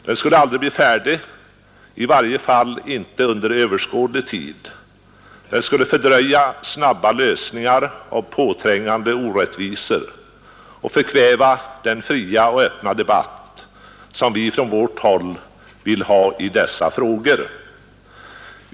Den skulle aldrig bli färdig, eller i varje fall inte inom överskådlig tid. Den skulle fördröja snabba lösningar när det gäller påträngande orättvisor och förkväva den fria och öppna debatt som vi från vårt håll vill ha i dessa frågor.